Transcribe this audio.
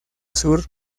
sur